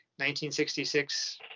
1966